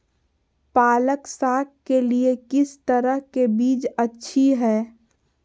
पालक साग के लिए किस तरह के बीज अच्छी है?